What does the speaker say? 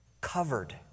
covered